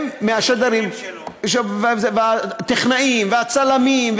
מהשדרים והטכנאים והצלמים,